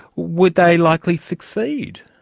would they likely succeed?